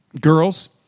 girls